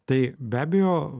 tai be abejo